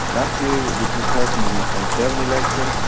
after the two thousand and seven election,